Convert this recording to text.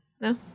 No